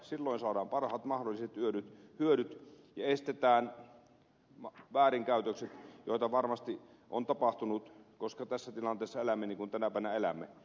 silloin saadaan parhaat mahdolliset hyödyt ja estetään väärinkäytökset joita varmasti on tapahtunut koska tässä tilanteessa elämme niin kuin tänä päivänä elämme